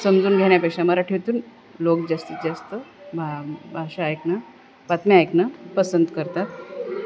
समजून घेण्यापेक्षा मराठीतून लोक जास्तीत जास्त भा भाषा ऐकणं बातम्या ऐकणं पसंत करतात